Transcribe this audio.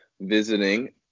visiting